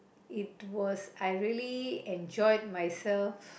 it was I really enjoyed myself